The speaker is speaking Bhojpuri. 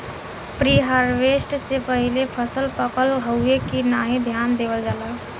प्रीहार्वेस्ट से पहिले फसल पकल हउवे की नाही ध्यान देवल जाला